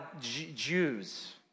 Jews